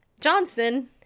Johnson